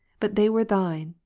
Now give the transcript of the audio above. but they were thine,